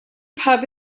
pub